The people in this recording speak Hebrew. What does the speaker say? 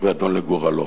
ואדון לגורלו,